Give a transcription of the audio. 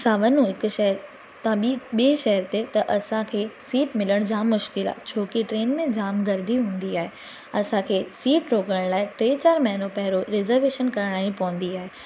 असां वञूं हिकु शहर तव्हां ॿीं ॿिए शहर ते त असांखे सीट मिलणु जाम मुश्किल आहे छोकी ट्रेन में जाम गर्दी हूंदी आहे असांखे सीट रोकण लाइ टे चारि महीनो पहिरों रिजर्वेशन कराइणी पवंदी आहे